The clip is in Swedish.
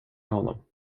honom